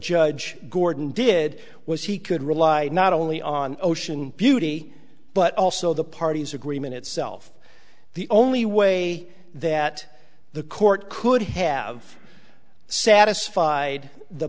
judge gordon did was he could rely not only on ocean beauty but also the parties agreement itself the only way that the court could have satisfied the